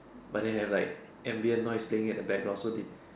but then have like ambient noise playing at the background so they